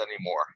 anymore